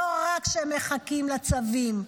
לא רק שהם מחכים לצווים,